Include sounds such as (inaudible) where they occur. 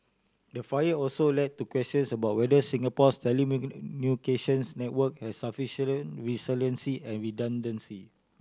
the fire also led to questions about whether Singapore's (unintelligible) network had (unintelligible) resiliency and redundancy